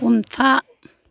हमथा